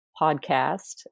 podcast